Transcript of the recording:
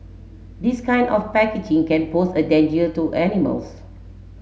this kind of packaging can pose a danger to animals